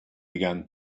began